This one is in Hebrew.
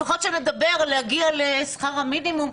לפחות שנדבר על להגיע לשכר המינימום,